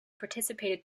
participated